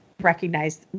recognize